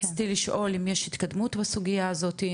רציתי לשאול אם יש התקדמות בסוגייה הזאתי,